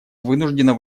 вынуждена